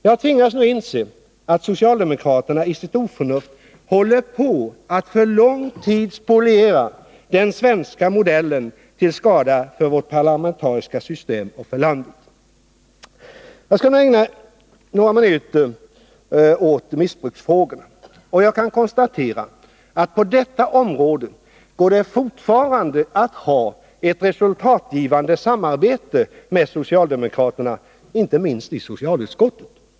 Nu tvingas jag inse att socialdemokraterna i sitt oförnuft håller på att för lång tid spoliera den svenska modellen till skada för vårt parlamentariska system och för landet. Jag skall nu ägna några minuter åt missbruksfrågorna. Jag kan konstatera att på detta område går det fortfarande att ha ett resultatgivande samarbete med socialdemokraterna, inte minst i socialutskottet.